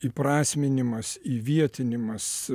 įprasminimas įvietinimas